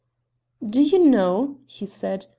do you know, he said,